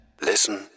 Listen